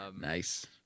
nice